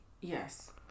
Yes